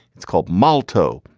it's called molto.